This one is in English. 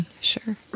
Sure